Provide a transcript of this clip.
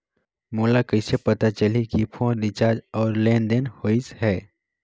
मोला कइसे पता चलही की फोन रिचार्ज और लेनदेन होइस हे?